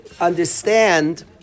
Understand